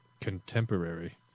contemporary